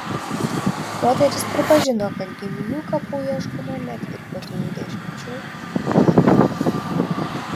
moteris pripažino kad giminių kapų ieškoma net ir po dviejų dešimčių metų